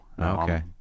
okay